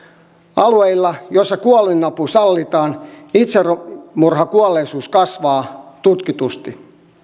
alueilla joilla kuolinapu sallitaan itsemurhakuolleisuus kasvaa tutkitusti